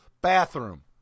bathroom